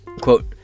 Quote